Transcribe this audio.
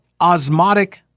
osmotic